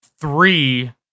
three